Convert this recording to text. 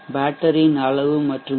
பேட்டரியின் அளவு மற்றும் பி